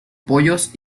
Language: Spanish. pollos